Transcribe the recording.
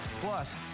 Plus